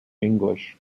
english